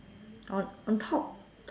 on on top